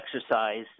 exercise